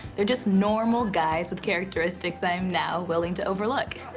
they're just normal guys with characteristics i am now willing to overlook.